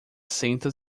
senta